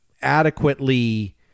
adequately